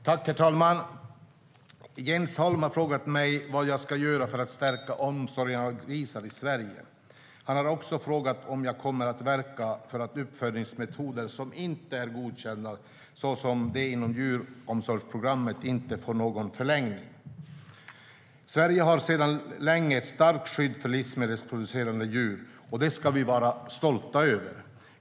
Herr talman! Jens Holm har frågat mig vad jag ska göra för att stärka omsorgen om grisar i Sverige. Han har också frågat om jag kommer att verka för att uppfödningsmetoder som inte är godkända, såsom de inom Djuromsorgsprogrammet, inte får någon förlängning. Sverige har sedan länge ett starkt skydd för livsmedelsproducerande djur, och det ska vi vara stolta över.